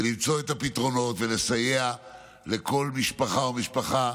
הוא למצוא את הפתרונות ולסייע לכל משפחה ומשפחה